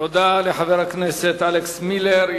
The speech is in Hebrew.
תודה לחבר הכנסת אלכס מילר.